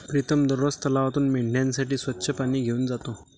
प्रीतम दररोज तलावातून मेंढ्यांसाठी स्वच्छ पाणी घेऊन जातो